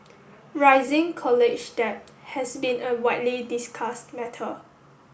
rising college debt has been a widely discussed matter